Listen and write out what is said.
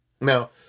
Now